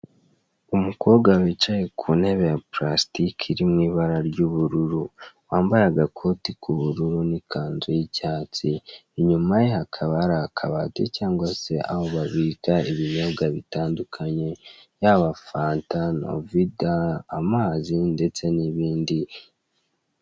Umukobwa wicaye ku ntebe ya pulasitike iri mu ibara ry'ubururu yambaye k'ubururu n'ikanzu y'icyatsi inyuma ye hakaba hari hari akabati cyangwa se aho babika ibinyobwa bitandukanye yaba fanta, novida, amazi ndetse n'ibindi.